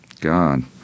God